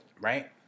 right